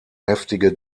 heftige